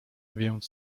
więc